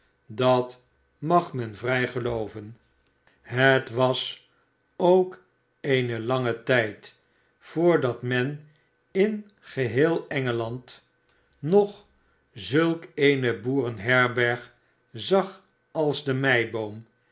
dat mag men vnj gelooven f het was ook een lange tijd voordat men in geheel engeland nog zulk eene boerenherberg zag als de meiboom